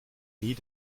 nie